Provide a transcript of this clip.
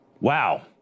Wow